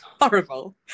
horrible